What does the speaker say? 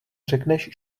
řekneš